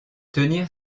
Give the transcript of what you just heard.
tenir